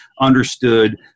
understood